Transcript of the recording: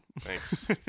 thanks